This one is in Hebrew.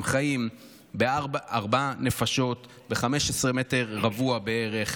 הם חיים ארבע נפשות ב-15 מטר רבוע בערך.